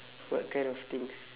what kind of things